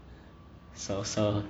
so so